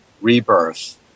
rebirth